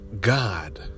God